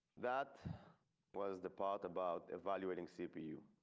that was the part about evaluating cpu.